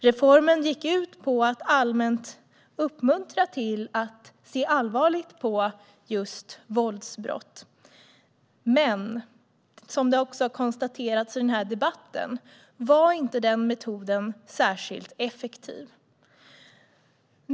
Reformen gick ut på att allmänt uppmuntra till att se allvarligt på just våldsbrott, men som har konstaterats i denna debatt var den metoden inte särskilt effektiv.